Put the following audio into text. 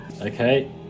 Okay